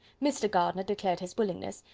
mr. gardiner declared his willingness,